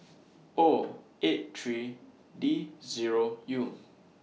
O eight three D Zero U